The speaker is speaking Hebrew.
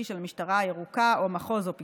של המשטרה הירוקה או מחוז או פיצו"ח,